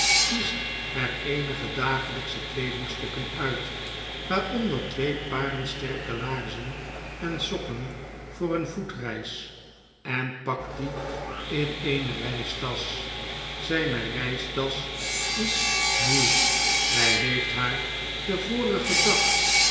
kiest er eenige dagelpsche kleedingstukken uit waaronder twee paren sterke laarzen en sokken voor een voetreis en pakt die in eene reistasch zyne reistasch is nieuw hy heeft haar den vorigen dag